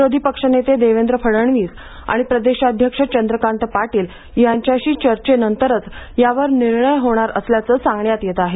विरोधी पक्षनेते देवेंद्र फडणवीस आणि प्रदेशाध्यक्ष चंद्रकांत पाटील यांच्याशी चर्चेनंतरच यावर निर्णय होणार असल्याचं सांगण्यात येत आहे